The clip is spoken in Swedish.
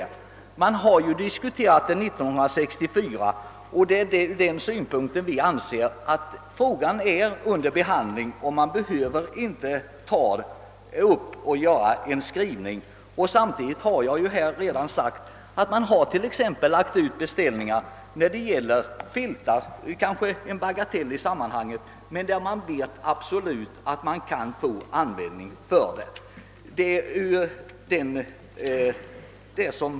Vi diskuterade ju denna fråga 1964, och därför har vi ansett att den är under behandling och att vi inte behöver besluta om någon skrivelse till regeringen. Jag har ju redan nämnt att man har lagt ut beställningar, t.ex. när det gäller filtar — låt vara att detta är en bagatell .i sammanhanget — i sådana fall då man vet att man kan få användning för dem.